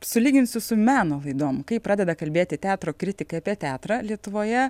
sulyginsiu su meno laidom kai pradeda kalbėti teatro kritikai apie teatrą lietuvoje